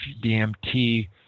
DMT